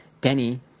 Denny